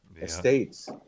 estates